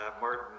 martin